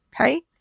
okay